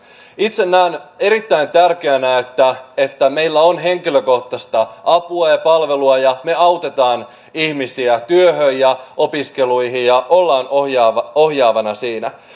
itse näen erittäin tärkeänä että että meillä on henkilökohtaista apua ja palvelua ja me autamme ihmisiä työhön ja opiskeluihin ja olemme ohjaavana siinä